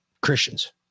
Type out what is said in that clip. Christians